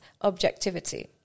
objectivity